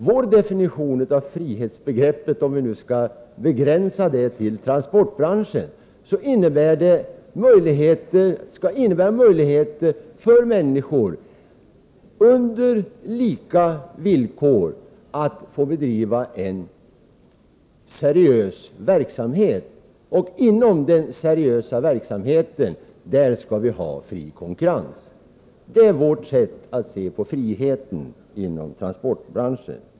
Vår definition av frihetsbegreppet — om vi nu skall begränsa det till transportbranschen — är att det skall finnas möjligheter för människor att under lika villkor bedriva en seriös verksamhet. Inom denna seriösa verksamhet skall vi ha fri konkurrens. Det är vår syn på friheten inom transportbranschen.